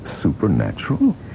Supernatural